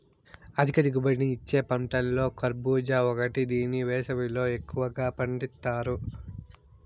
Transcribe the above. అధిక దిగుబడిని ఇచ్చే పంటలలో కర్భూజ ఒకటి దీన్ని వేసవిలో ఎక్కువగా పండిత్తారు